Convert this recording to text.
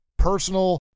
personal